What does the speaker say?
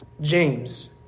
James